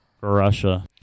Russia